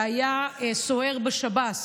שהיה סוהר בשב"ס